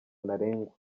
ntarengwa